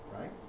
right